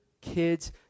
kids